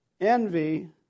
envy